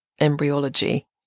embryology